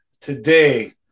today